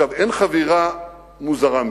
אין חבירה מוזרה מזאת,